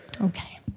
Okay